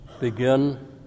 begin